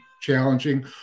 challenging